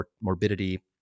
morbidity